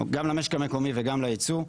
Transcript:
גם למשק המקומי וגם ליצוא.